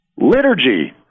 liturgy